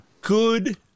Good